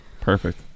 Perfect